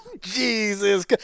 Jesus